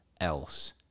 else